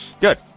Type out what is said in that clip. Good